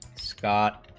scott